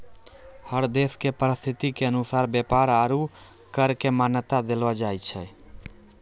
हर देश के परिस्थिति के अनुसार व्यापार आरू कर क मान्यता देलो जाय छै